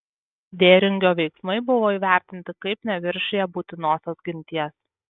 dėringio veiksmai buvo įvertinti kaip neviršiję būtinosios ginties